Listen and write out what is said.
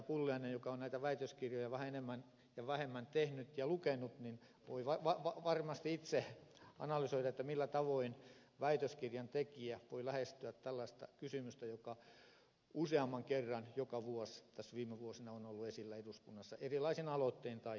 pulliainen joka on näitä väitöskirjoja vähän enemmän ja vähemmän tehnyt ja lukenut voi varmasti itse analysoida millä tavoin väitöskirjan tekijä voi lähestyä tällaista kysymystä joka useamman kerran joka vuosi tässä viime vuosina on ollut esillä eduskunnassa erilaisin aloittein tai kysymyksin